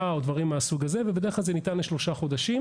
או דברים מהסוג הזה ובדרך כלל הוא ניתן לשלושה חודשים,